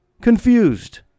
confused